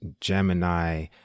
Gemini